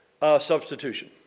substitution